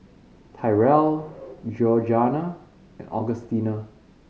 Tyrell Georganna and Augustina